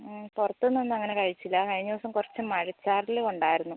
ഹ്മ് പുറത്തുനിന്നൊന്നും അങ്ങനെ കഴിച്ചില്ല കഴിഞ്ഞ ദിവസം കുറച്ച് മഴച്ചാറൽ കൊണ്ടായിരുന്നു